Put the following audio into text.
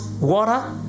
water